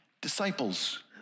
disciples